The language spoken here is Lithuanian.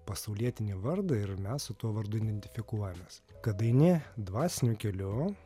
pasaulietinį vardą ir mes su tuo vardu identifikuojamės kada eini dvasiniu keliu